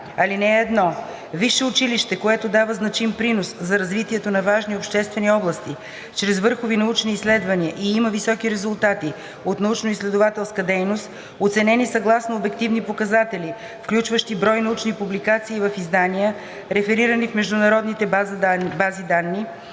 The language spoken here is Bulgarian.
така: „(1) Висше училище, което дава значим принос за развитието на важни обществени области чрез върхови научни изследвания и има високи резултати от научноизследователска дейност, оценени съгласно обективни показатели, включващи брой научни публикации в издания, реферирани в международните бази данни,